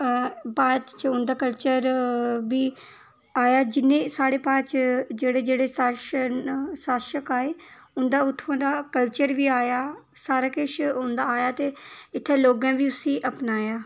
भारत च उं'दा कल्चर बी आया जिन्ने स्हाड़े भारत च जेह्ड़े जेह्ड़े शासन न शासक आए उं'दा उत्थुआं दा कल्चर बी आया सारा किश उं'दा आया ते इत्थै लोगें बी उसी अपनाया